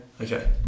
Okay